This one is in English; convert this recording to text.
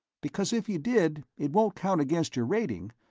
because if you did, it won't count against your rating,